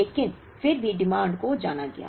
लेकिन फिर भी मांगों को जाना गया